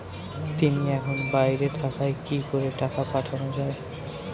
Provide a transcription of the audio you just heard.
তিনি এখন বাইরে থাকায় কি করে টাকা পাঠানো য়ায়?